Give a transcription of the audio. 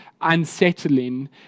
unsettling